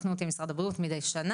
תקנו אותי אם לא משרד הבריאות מידי שנה.